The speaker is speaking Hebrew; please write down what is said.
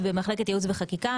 במחלקת ייעוץ וחקיקה.